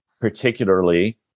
particularly